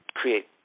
create